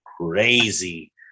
crazy